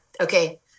okay